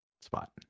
spot